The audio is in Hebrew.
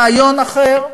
רעיון אחר.